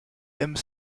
aime